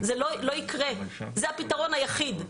זה הפתרון היחיד.